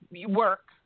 work